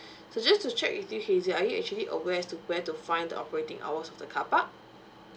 so just to check with you hazel are you actually aware as to where to find the operating hours of the car park